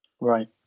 Right